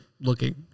looking